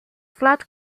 flood